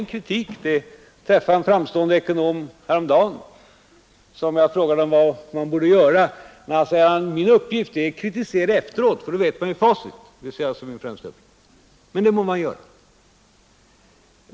Jag träffade häromdagen en framstående ekonom, som jag frågade vad man borde göra. Han svarade: Min uppgift är att kritisera efteråt, ty då vet man ju vad som står i facit. Det må man göra.